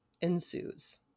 ensues